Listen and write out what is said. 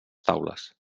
taules